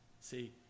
See